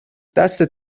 دستت